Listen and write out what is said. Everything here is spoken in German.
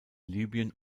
libyen